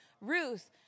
Ruth